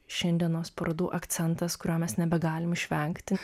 šiandienos parodų akcentas kurio mes nebegalim išvengti